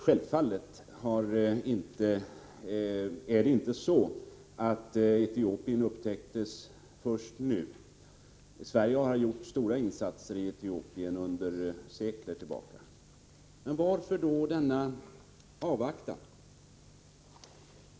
Självfallet upptäcktes inte Etiopien först nu. Sverige har gjort stora ekonomiska insatser i Etiopien sedan sekel tillbaka. Men varför då denna avvaktan?